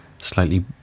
Slightly